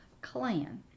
clan